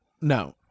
No